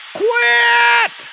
quit